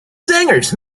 singers